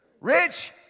Rich